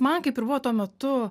man kaip ir buvo tuo metu